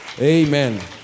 Amen